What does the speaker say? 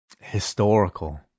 Historical